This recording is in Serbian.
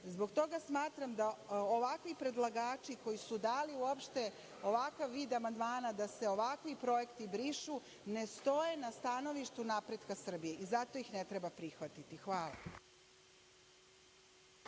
toga smatram da ovakvi predlagači koji su dali uopšte ovakav vid amandmana da se ovakvi projekti brišu ne stoje na stanovištu napretka Srbije i zato ih ne treba prihvatiti. Hvala.